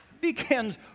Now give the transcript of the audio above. begins